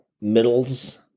middles